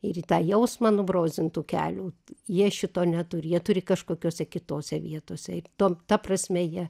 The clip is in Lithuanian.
ir į tą jausmą nubrozdintų kelių jie šito neturi jie turi kažkokiose kitose vietose tom ta prasme jie